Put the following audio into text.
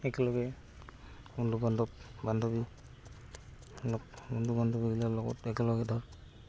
একেলগে বন্ধু বান্ধৱ বান্ধৱী বন্ধু বান্ধৱীগিলাৰ লগত একেলগে ধৰ